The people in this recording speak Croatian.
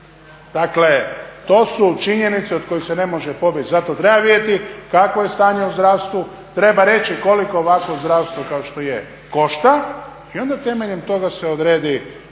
Dakle, to su činjenice od kojih se ne može pobjeći. Zato treba vidjeti kakvo je stanje u zdravstvu, treba reći koliko ovakvo zdravstvo kao što je košta i onda temeljem toga se odredi